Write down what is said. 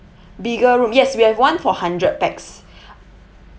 bigger room yes we have one for hundred pax